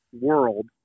world